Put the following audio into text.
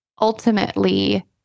ultimately